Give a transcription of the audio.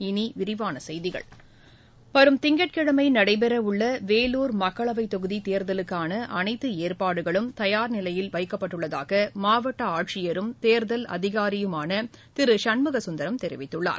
இனிவிரிவானசெய்திகள் வரும் திங்கட்கிழமைநடைபெறவுள்ளவேலூர் மக்களவைத் தொகுதிதேர்தலுக்கானஅனைத்துஏற்பாடுகளும் தயார் நிலையில் வைக்கப்பட்டுள்ளதாகமாவட்டஆட்சியரும் தேர்தல் அதிகாரியுமானதிருசண்முகசுந்தரம் தெரிவித்துள்ளார்